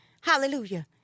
Hallelujah